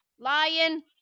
Lion